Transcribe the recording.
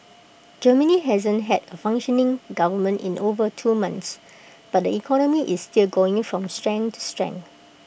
Germany hasn't had A functioning government in over two months but the economy is still going from strength to strength